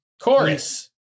Chorus